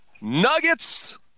Nuggets